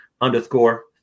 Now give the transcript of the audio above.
underscore